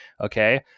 okay